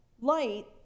light